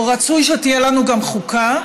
או, רצוי שתהיה לנו גם חוקה,